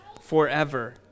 forever